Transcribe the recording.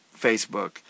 Facebook